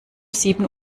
sieben